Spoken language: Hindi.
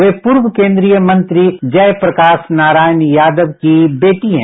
वे पूर्व केंद्रीय मंत्री जय प्रकाश नारायण यादव की बेटी हैं